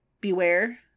beware